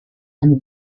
and